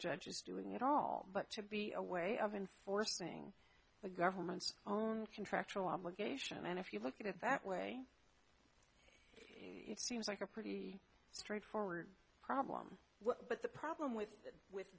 judge is doing at all but to be a way of enforcing the government's own contractual obligation and if you look at it that way it seems like a pretty straightforward problem but the problem with